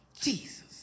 Jesus